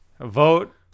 Vote